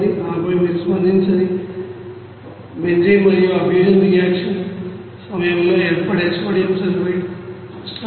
ఆపై మీరు స్పందించని బెంజీన్ మరియు ఆ ఫ్యూజన్ రియాక్షన్ సమయంలో ఏర్పడే సోడియం సల్ఫేట్ చూస్తారు